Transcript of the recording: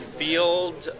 field